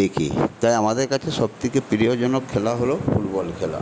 দেখি তাই আমাদের কাছে সবথেকে প্রিয়জনক খেলা হল ফুটবল খেলা